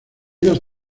dos